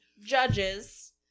judges